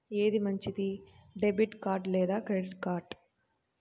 ఏది మంచిది, debit card లేదా క్రెడిట్ కార్డ్?